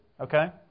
okay